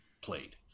played